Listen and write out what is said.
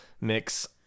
mix